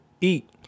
eat